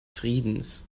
friedens